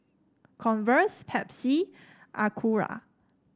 Converse Pepsi Acura